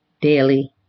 daily